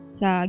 sa